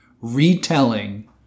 retelling